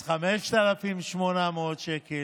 אז 5,800 שקל.